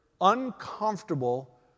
uncomfortable